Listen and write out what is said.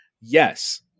Yes